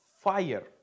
fire